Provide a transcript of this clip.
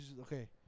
okay